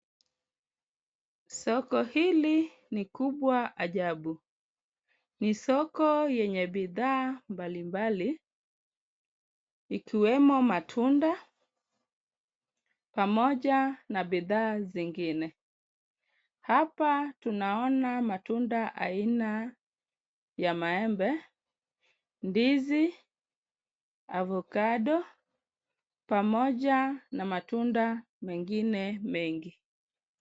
Soko hili ni kubwa ajabu. Ni soko yenye bidhaa mbali mbali ikiwemo matunda pamoja na bidhaa zingine. Hapa tunaona matunda aina ya maembe, ndizi, avocado pamoja na matunda mengine mengi.